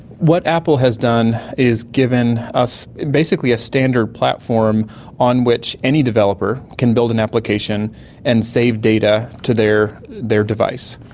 what apple has done is given us basically a standard platform on which any developer can build an application and save data to their their device.